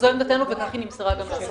זו עמדתנו, וכך היא נמסרה גם לוועדה.